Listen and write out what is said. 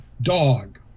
dog